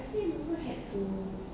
got computer